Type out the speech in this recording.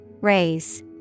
Raise